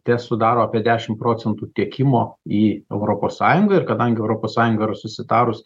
tesudaro apie dešim procentų tiekimo į europos sąjungą ir kadangi europos sąjunga yra susitarus